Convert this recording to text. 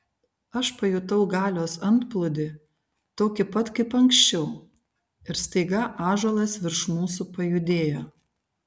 aš pajutau galios antplūdį tokį pat kaip anksčiau ir staiga ąžuolas virš mūsų pajudėjo